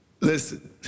listen